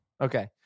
Okay